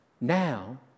Now